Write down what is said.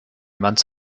months